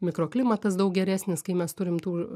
mikroklimatas daug geresnis kai mes turim tų